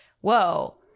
whoa